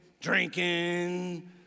drinking